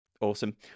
Awesome